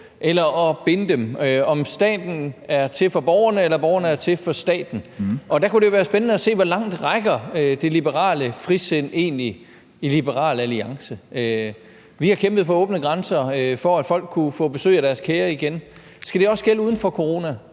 eller binde dem – om staten er til for borgerne, eller borgerne er til for staten. Der kunne det være spændende at se, hvor langt det liberale frisind egentlig rækker i Liberal Alliance. Vi har kæmpet for åbne grænser, for at folk kunne få besøg af deres kære igen – skal det også gælde uden for coronakrisen?